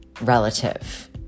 relative